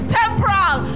temporal